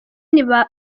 iran